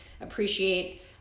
appreciate